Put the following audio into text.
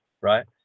Right